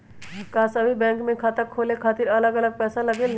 का सभी बैंक में खाता खोले खातीर अलग अलग पैसा लगेलि?